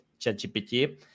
ChatGPT